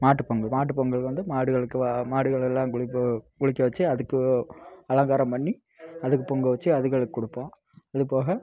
மாட்டுப்பொங்கல் மாட்டுப்பொங்கல் வந்து மாடுகளுக்கு வ மாடுகள் எல்லாம் குளிக்க குளிக்க வச்சு அதுக்கு அலங்காரம் பண்ணி அதுக்கு பொங்கல் வச்சு அதுகளுக்கு கொடுப்போம் இதுபோக